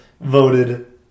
voted